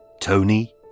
Tony